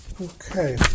okay